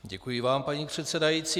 Děkuji vám, paní předsedající.